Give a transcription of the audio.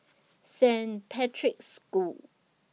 Saint Patrick's School